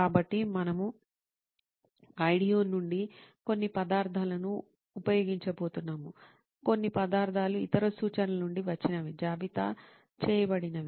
కాబట్టి మనము IDEO నుండి కొన్ని పదార్థాలను ఉపయోగించబోతున్నాము కొన్ని పదార్థాలు ఇతర సూచనల నుండి వచ్చినవి జాబితా చేయబడినవి